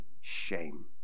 shame